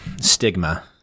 stigma